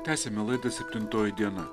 tęsiame laidą septintoji diena